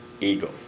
ego